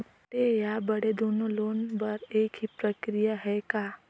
छोटे या बड़े दुनो लोन बर एक ही प्रक्रिया है का?